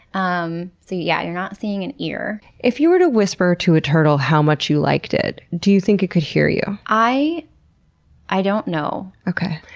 um so yeah, you're not seeing an ear. if you were to whisper to a turtle how much you liked it, do you think it could hear you? i i don't know. okay,